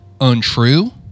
untrue